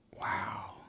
Wow